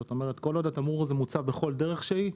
זאת אומרת כל עוד התמרור הזה מוצב בכל דרך שהיא,